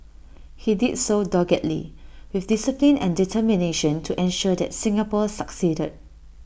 he did so doggedly with discipline and determination to ensure that Singapore succeeded